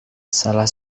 salah